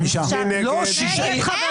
מי נגד?